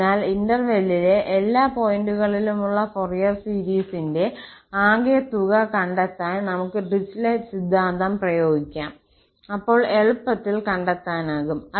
അതിനാൽ ഇന്റെർവെല്ലിലെ എല്ലാ പോയിന്റുകളിലുമുള്ള ഫൊറിയർ സീരീസിന്റെ ആകെത്തുക കണ്ടെത്താൻ നമുക്ക് ഡിറിച്ലെറ്റ് സിദ്ധാന്തം പ്രയോഗിക്കാം അപ്പോൾ എളുപ്പത്തിൽ കണ്ടെത്താനാകും